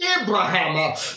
Abraham